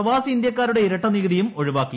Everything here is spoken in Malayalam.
പ്രവാസി ഇന്തൃക്കാരുടെ ഇരട്ട നികുതിയും ഒഴിവാക്കി